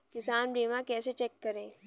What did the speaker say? किसान बीमा कैसे चेक करें?